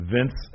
Vince